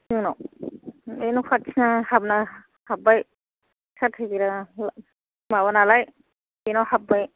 जोंनाव बे न'खाथिना हाबबाय साख्रिगोनां माबानालाय बेनाव हाबबाय